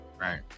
Right